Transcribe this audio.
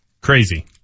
Crazy